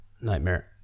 nightmare